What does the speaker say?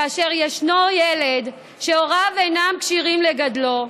כאשר היה ילד שהוריו לא היו כשירים לגדלו,